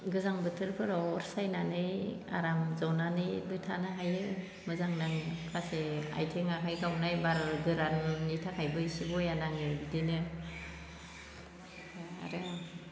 गोजां बोथोरफोराव अर सायनानै आराम जनानैबो थानो हायो मोजां नाङो गासै आथिं आखाइ गावनाय बार गोराननि थाखायबो इसे बया नाङो इदिनो आरो